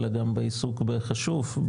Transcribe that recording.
אלא גם בעיסוק בחשוב,